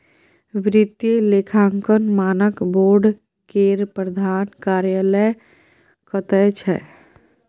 वित्तीय लेखांकन मानक बोर्ड केर प्रधान कार्यालय कतय छै